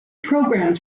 programs